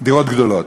דירות גדולות,